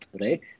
right